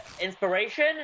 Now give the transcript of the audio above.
Inspiration